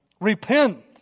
Repent